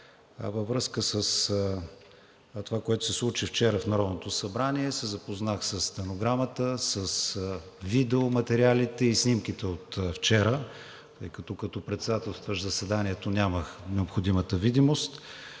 Във връзка с това, което се случи вчера в Народното събрание, се запознах със стенограмата, с видеоматериалите и снимките от вчера, понеже като председателстващ заседанието нямах необходимата видимост,